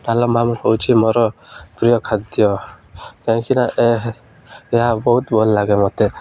ଡାଲମା ହେଉଛି ମୋର ପ୍ରିୟ ଖାଦ୍ୟ କାହିଁକିନା ଏହା ଏହା ବହୁତ ଭଲ ଲାଗେ ମୋତେ